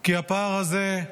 כי הפער הזה,